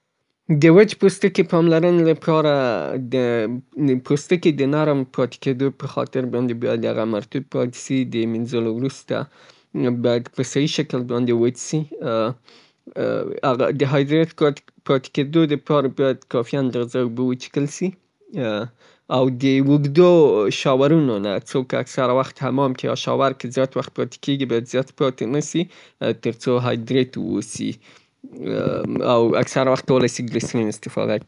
د وچ پوستکي د پاملرنې د باره داسې یو نرم ټوکر باید، استفاده سي څې د مینځلو وروسته هغه خارښت پیدا نکي. زیات وچ نسي. او دا څې داسې یو څه وکارول سي څې غني محصولات وي څې هغه ګرېسترین یا سوراماید چاپیر وي تر څو مو جلد مر، مرطوب پاتې سي.